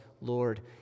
Lord